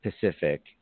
Pacific